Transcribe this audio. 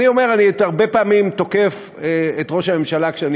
אני הרבה פעמים תוקף את ראש הממשלה כשאני